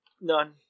None